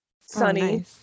sunny